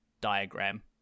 diagram